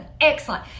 excellent